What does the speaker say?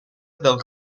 dal